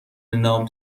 نام